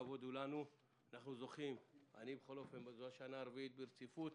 הכבוד הוא לנו - לי זו השנה הרביעית ברציפות